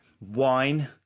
Wine